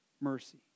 mercy